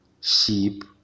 sheep